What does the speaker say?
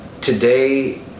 today